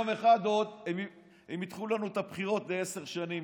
יום אחד הם עוד ידחו לנו את הבחירות בעשר שנים.